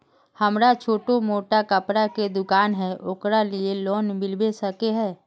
हमरा छोटो मोटा कपड़ा के दुकान है ओकरा लिए लोन मिलबे सके है?